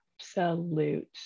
absolute